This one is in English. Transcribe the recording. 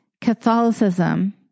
Catholicism